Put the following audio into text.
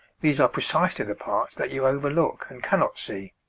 these are precisely the parts that you overlook and cannot see.